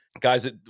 Guys